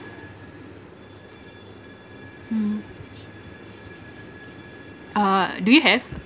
mm oh do you have